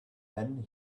then